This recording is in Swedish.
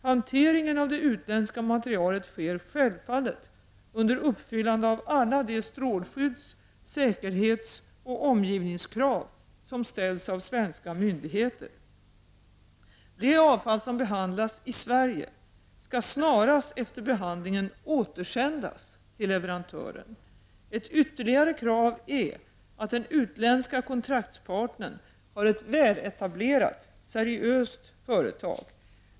Hanteringen av det utländska materialet sker självfallet under uppfyllande av alla de strålskydds-, säkerhetsoch omgivningskrav som ställs av svenska myndigheter. Det avfall som behandlas i Sverige skall snarast efter behandlingen återsändas till leverantören. Ett ytterligare krav är att den utländska kontraktspartnern är ett väletablerat seriöst företag.